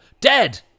Dead